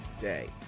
day